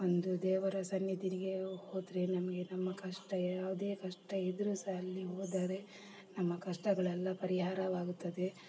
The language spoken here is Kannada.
ಒಂದು ದೇವರ ಸನ್ನಿದಿಗೆ ಹೋದರೆ ನಮಗೆ ನಮ್ಮ ಕಷ್ಟ ಯಾವುದೇ ಕಷ್ಟ ಇದ್ದರು ಸಹ ಅಲ್ಲಿ ಹೋದರೆ ನಮ್ಮ ಕಷ್ಟಗಳೆಲ್ಲ ಪರಿಹಾರವಾಗುತ್ತದೆ